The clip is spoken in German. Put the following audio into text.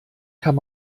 kann